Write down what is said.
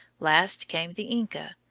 last came the inca,